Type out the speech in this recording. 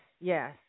yes